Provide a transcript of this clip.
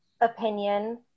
opinion